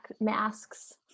masks